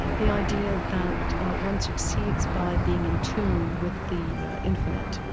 the idea that one succeeds by being in tune with the infinite.